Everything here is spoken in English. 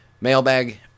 Mailbag